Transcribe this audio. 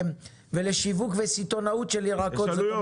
ולשיווק וסיטונאות של ירקות ופירות.